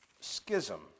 schism